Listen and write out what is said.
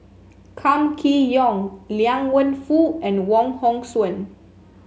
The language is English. Kam Kee Yong Liang Wenfu and Wong Hong Suen